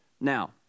Now